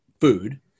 food